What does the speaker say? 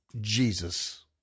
Jesus